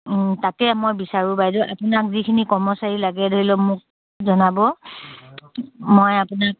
তাকে মই বিচাৰোঁ বাইদেউ আপোনাক যিখিনি কৰ্মচাৰী লাগে ধৰি লওক মোক জনাব মই আপোনাক